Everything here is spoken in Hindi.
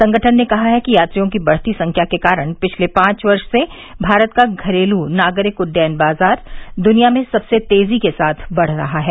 संगठन ने कहा है कि यात्रियों की बढ़ती संख्या के कारण पिछले पांच वर्ष से भारत का घरेलू नागरिक उड्डयन बाजार दुनिया में सबसे तेजी के साथ बढ़ रहा है